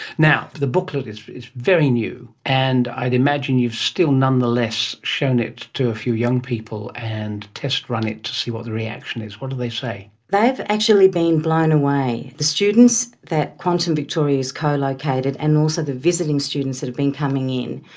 now, the booklet is is very new, and i'd imagine you have still nonetheless shown it to a few young people and test-run it to see what the reaction is. what did they say? they've actually been blown away. the students that quantum victoria has collocated and also the visiting students that have been coming in,